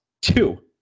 Two